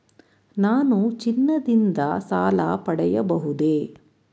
ನಾನು ಚಿನ್ನದಿಂದ ಸಾಲ ಪಡೆಯಬಹುದೇ?